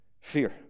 Fear